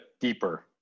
deeper